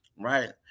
right